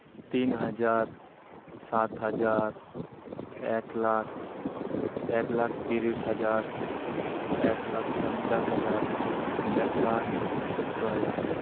ᱛᱤᱱᱦᱟᱡᱟᱨ ᱥᱟᱛᱦᱟᱡᱟᱨ ᱮᱠᱞᱟᱠᱷ ᱮᱠᱞᱟᱠᱷ ᱛᱤᱨᱤᱥ ᱦᱟᱡᱟᱨ ᱮᱠᱞᱟᱠᱷ ᱯᱚᱧᱪᱟᱥ ᱦᱟᱡᱟᱨ ᱮᱠᱞᱟᱠᱷ ᱥᱳᱛᱛᱳᱨ ᱦᱟᱡᱟᱨ